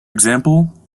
example